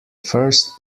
first